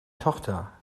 tochter